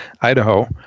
Idaho